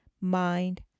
mind